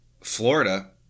Florida